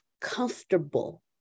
comfortable